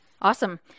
Awesome